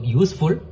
useful